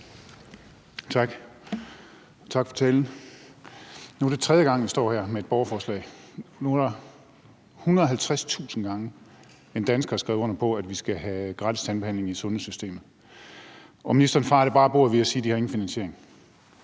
Tak. Tak for talen. Nu er det tredje gang, vi står her med et borgerforslag, og nu er det 150.000 gange, en dansker har skrevet under på, at vi skal have gratis tandbehandling i sundhedssystemet. Ministeren fejer det bare af bordet ved at sige, at de ingen finansiering